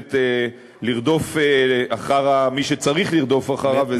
באמת לרדוף אחר מי שצריך לרדוף אחריו,